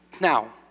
Now